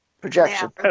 projection